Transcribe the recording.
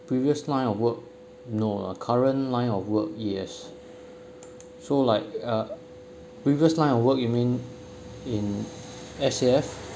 previous line of work no lah current line of work yes so like uh previous line of work you mean in S_A_F